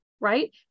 Right